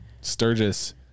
Sturgis